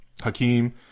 Hakeem